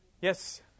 Yes